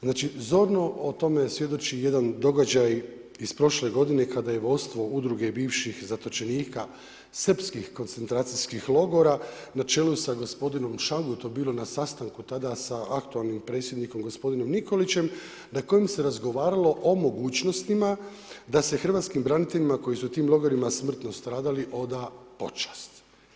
Znači, zorno o tome svjedoči jedan događaj iz prošle godine kada je vodstvo Udruge bivših zatočenika srpskih koncentracijskih logora na čelu sa gospodinom Šagutom bilo na sastanku tada sa aktualni predsjednikom gospodinom Nikolićem na kojem se razgovaralo o mogućnostima da se hrvatskim braniteljima koji su u tim logorima smrtno stradali oda počast.